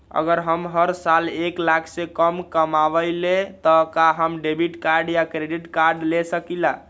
अगर हम हर साल एक लाख से कम कमावईले त का हम डेबिट कार्ड या क्रेडिट कार्ड ले सकीला?